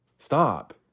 Stop